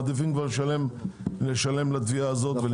מעדיפים כבר לשלם לתביעה הזאת.